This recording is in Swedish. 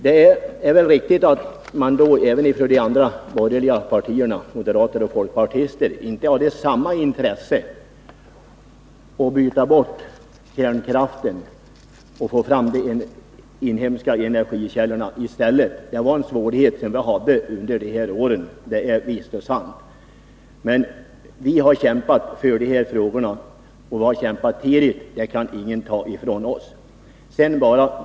Det är väl riktigt att de andra borgerliga parterna, moderaterna och folkpartisterna, inte hade samma intresse av att byta bort kärnkraften och få fram de inhemska energikällorna i stället. Det var en svårighet som vi hade under de här åren — det är visst och sant. Men vi har kämpat för de här frågorna, och vi har kämpat tidigt — det kan ingen ta ifrån oss.